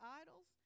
idols